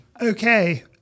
Okay